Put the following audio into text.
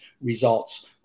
results